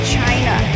China